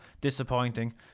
disappointing